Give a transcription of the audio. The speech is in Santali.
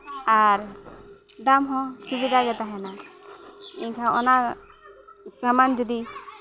ᱟᱨ ᱫᱟᱢ ᱦᱚᱸ ᱥᱩᱵᱤᱫᱟ ᱜᱮ ᱛᱟᱦᱮᱱᱟ ᱮᱱᱠᱷᱟᱱ ᱚᱱᱟ ᱥᱟᱢᱟᱱ ᱡᱩᱫᱤ